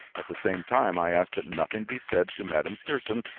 at the same time i asked that nothing be said to madame pierson.